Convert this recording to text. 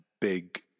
big